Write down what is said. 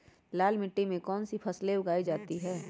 लाल मिट्टी में कौन सी फसल होती हैं?